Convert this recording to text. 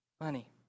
Money